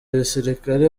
abasirikare